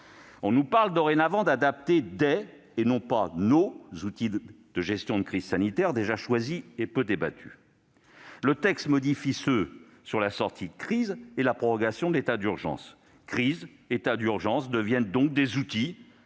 On nous parle dorénavant d'adapter « des », et non pas « nos », outils de gestion de crise sanitaire, déjà choisis et peu débattus. Le texte modifie ceux sur la sortie de la crise et la prorogation de l'état d'urgence. Crise et état urgence deviennent donc des outils,